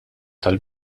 tal